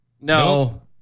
No